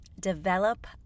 Develop